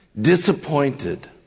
disappointed